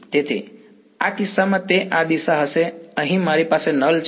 તેથી આ કિસ્સામાં તે આ દિશા હશે અહીં મારી પાસે નલ છે